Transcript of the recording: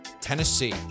Tennessee